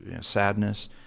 sadness